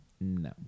No